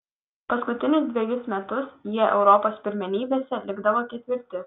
paskutinius dvejus metus jie europos pirmenybėse likdavo ketvirti